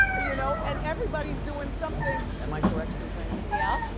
you know and everybody's doin' something. am i correct, suzanne? yep,